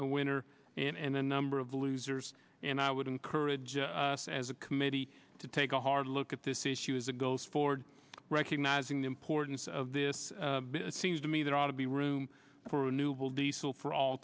winner and a number of losers and i would encourage us as a committee to take a hard look at this issue as it goes forward recognizing the importance of this it seems to me there ought to be room for a new bill diesel for all